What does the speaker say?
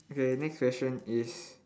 okay next question is